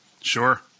Sure